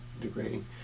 degrading